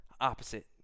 opposite